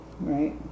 right